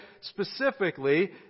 specifically